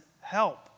help